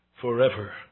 forever